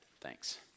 thanks